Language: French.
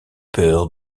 peur